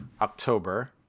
october